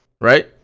Right